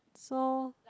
so